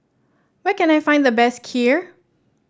where can I find the best Kheer